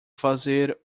fazer